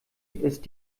ist